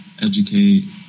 educate